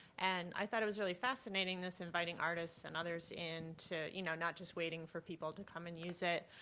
and i thought it was really fascinating, this inviting artists and others in to, you know, not just waiting for people to come and use it.